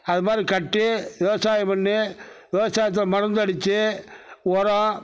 அது மாதிரி கட்டி விவசாயம் பண்ணி விவசாயத்தில் மருந்தடுச்சு உரம்